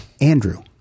Andrew